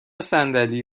صندلی